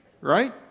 Right